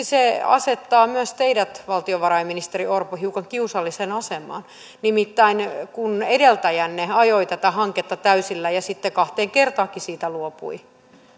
se asettaa myös teidät valtiovarainministeri orpo hiukan kiusalliseen asemaan nimittäin kun edeltäjänne ajoi tätä hanketta täysillä ja sitten kahteen kertaankin siitä luopui